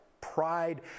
pride